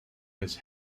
has